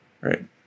right